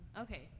okay